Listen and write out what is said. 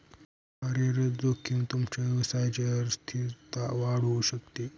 कार्यरत जोखीम तुमच्या व्यवसायची अस्थिरता वाढवू शकते